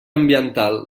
ambiental